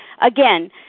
Again